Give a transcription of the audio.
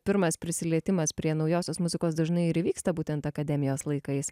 pirmas prisilietimas prie naujosios muzikos dažnai ir įvyksta būtent akademijos laikais